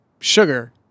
sugar